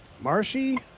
Marshy